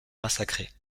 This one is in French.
massacrées